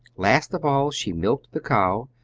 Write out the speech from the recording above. last of all, she milked the cow,